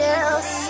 else